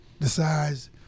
decides